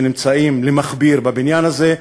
שנמצאים למכביר בבניין הזה,